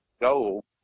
goal